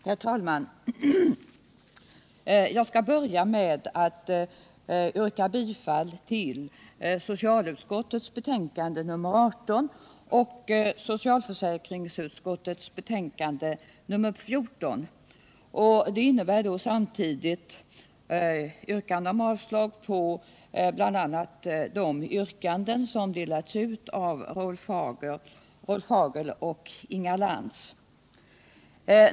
Herr talman! Jag skall börja med att yrka bifall till hemställan i socialutskottets betänkande nr 18 och hemställan i socialförsäkringsutskottets betänkande nr 14. Det innebär samtidigt yrkande om avslag på bl.a. de yrkanden av Rolf Hagel och Inga Lantz som delats ut.